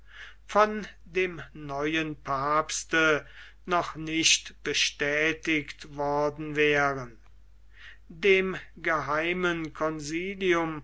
von dem neuen papste noch nicht bestätigt worden wären dem geheimen